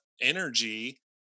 energy